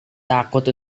takut